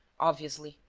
obviously.